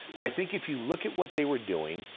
i think if you look at what they were doing,